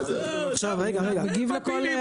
עם בית דגן,